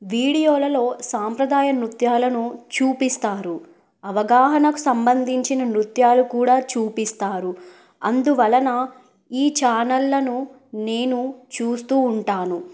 వీడియోలలో సాంప్రదాయ నృత్యాలను చూపిస్తారు అవగాహనకు సంబంధించిన నృత్యాలు కూడా చూపిస్తారు అందువలన ఈ ఛానళ్లను నేను చూస్తూ ఉంటాను